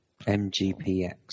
MGPX